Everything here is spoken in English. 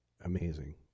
amazing